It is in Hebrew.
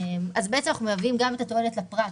אנחנו מביאים את הקרנות לפרט,